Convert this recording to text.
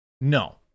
no